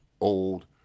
old